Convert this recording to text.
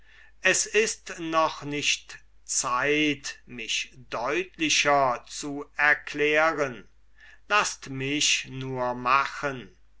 es ist noch nicht zeit mich deutlicher zu erklären laßt mich nur machen